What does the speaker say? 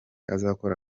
azakora